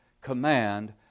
command